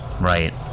Right